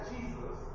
Jesus